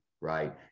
right